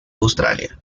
australia